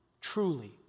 truly